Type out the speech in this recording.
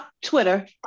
twitter